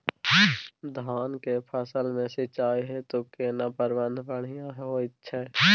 धान के फसल में सिंचाई हेतु केना प्रबंध बढ़िया होयत छै?